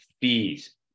fees